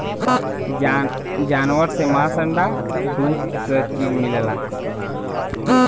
जानवर से मांस अंडा दूध स चीज मिलला